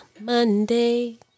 Monday